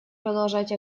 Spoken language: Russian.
продолжать